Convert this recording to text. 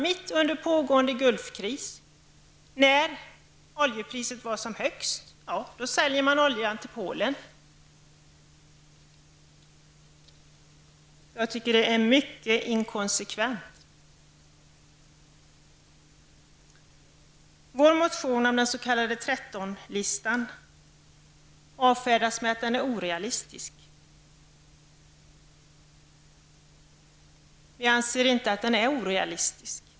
Mitt under pågående Gulfkris, när oljepriset var som högst, såldes oljan till Polen. Jag tycker att detta är ett mycket inkonsekvent handlande. Vår motion om den s.k. 13-listan avfärdas med att den är orealistisk. Vi anser inte att den är orealistisk.